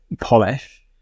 polish